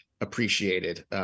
appreciated